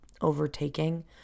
overtaking